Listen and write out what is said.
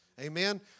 Amen